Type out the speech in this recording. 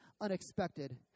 unexpected